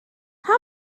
how